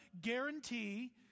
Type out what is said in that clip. guarantee